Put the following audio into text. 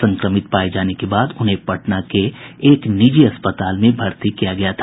संक्रमित पाये जाने के बाद उन्हें पटना एक निजी अस्पताल में भर्ती किया गया था